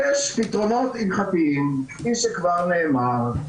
יש פתרונות הלכתיים, כפי שכבר נאמר.